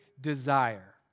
desire